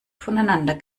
voneinander